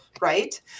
right